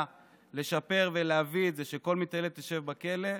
לשפר ולהביא את זה שכל מתעללת תשב בכלא,